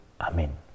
amen